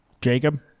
Jacob